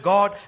God